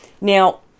Now